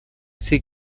she